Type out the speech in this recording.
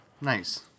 Nice